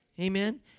Amen